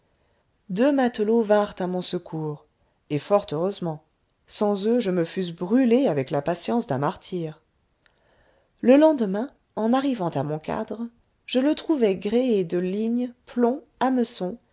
deux matelots vinrent à mon secours et fort heureusement sans eux je me fusse brûlé avec la patience d'un martyr le lendemain en arrivant à mon cadre je le trouvai gréé de lignes plombs hameçons